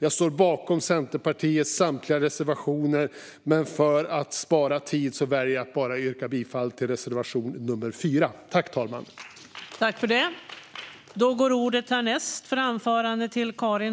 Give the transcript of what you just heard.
Jag står bakom Centerpartiets samtliga reservationer, men för att spara tid yrkar jag bifall enbart till reservation nr 4. I övrigt yrkar jag bifall till